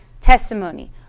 testimony